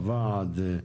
הוועד,